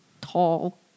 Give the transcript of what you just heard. tall